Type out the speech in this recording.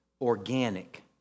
organic